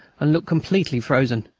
and looked completely frozen.